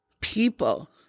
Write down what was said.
people